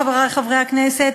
חברי חברי הכנסת,